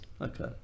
Okay